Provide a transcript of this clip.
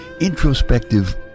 introspective